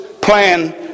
plan